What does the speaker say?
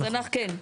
כן.